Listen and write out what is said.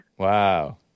Wow